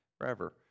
Forever